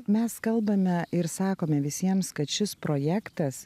mes kalbame ir sakome visiems kad šis projektas